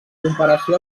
comparació